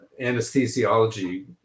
anesthesiology